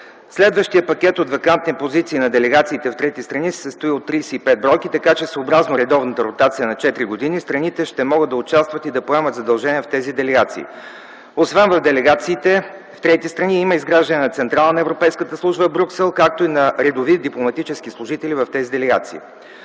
Следващият пакет от вакантни позиции на делегациите в трети страни се състои от 35 бройки, така че съобразно редовната ротация на четири години, страните ще могат да участват и да поемат задължения в тези делегации. Освен в делегациите в трети страни, има изграждане на централа на европейската служба в Брюксел, както и на редови дипломатически служители в тези делегации.